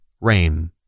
Rain